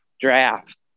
draft